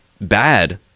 bad